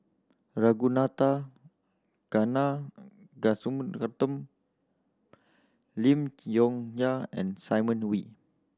Ragunathar Lim Chong Yah and Simon Wee